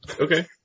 Okay